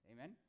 Amen